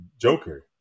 Joker